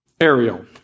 Ariel